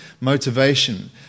motivation